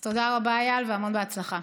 אז תודה רבה, איל, והמון הצלחה.